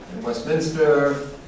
Westminster